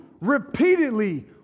repeatedly